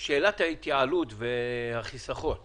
ההתייעלות והחיסכון נבחנת?